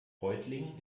reutlingen